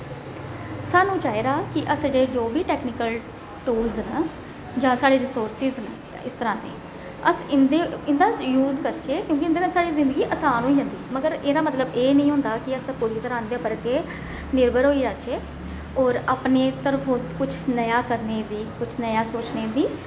सानूं चाहिदा कि अस जो बी टैक्नीकल टूल्ज न जां साढ़े रिसोर्सिस न इस तरह दे अस इं'दे इं'दा यूज करचै क्योकि इं'दे कन्नै साढ़ी जिंदगी असान होई जंदी मगर एहदा मतलब एह् नेईं होंदा कि अस पूरी तरह इं'दे उप्पर गै निर्भर होई जाचै होर अपनी तरफ कुछ नया करने दी कुछ नया सोचने दी